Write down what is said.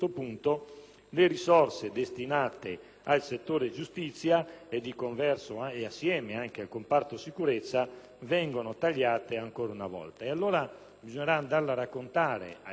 le risorse destinate al settore giustizia, e insieme anche al comparto sicurezza, vengono tagliate ancora una volta.